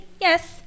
Yes